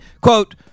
quote